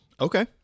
Okay